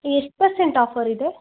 ಎಷ್ಟು percent offer ಇದೆ